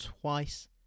twice